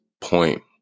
point